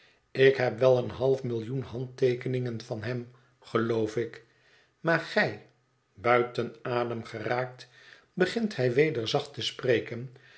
ik heb wel een half millioen handteekeningen van hem geloof ik maar gij buiten adem geraakt begint hij weder zacht te spreken